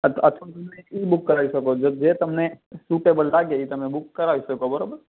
અથ અથવા તમે એ બૂક કરાવી શકો છો જે તમને સુટેબલ લાગે એ તમે બૂક કરાવી શકો બરાબર